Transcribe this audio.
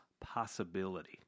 possibility